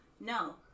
No